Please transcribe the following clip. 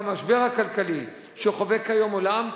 במשבר הכלכלי שחובק היום עולם,